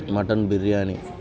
mutton biryani